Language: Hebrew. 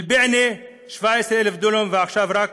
בענה, 17,000 דונם, ועכשיו רק